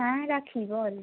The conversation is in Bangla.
হ্যাঁ রাখি বল